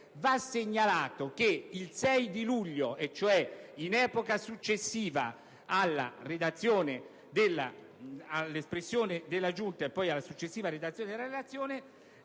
va segnalato che lo scorso 6 luglio, cioè in epoca successiva all'espressione della Giunta e alla successiva redazione della relazione,